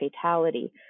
fatality